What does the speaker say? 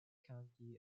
county